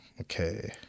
okay